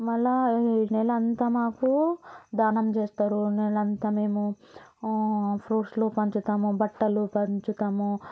మరల ఈ నెల అంతా మాకు దానం చేస్తారు ఈ నెల అంతా మేము ఫ్రూట్స్ పంచుతాము బట్టలు పంచుతాము